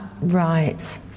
Right